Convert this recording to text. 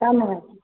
ਧੰਨਵਾਦ ਜੀ